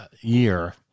year